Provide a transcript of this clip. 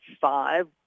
five